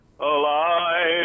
Alive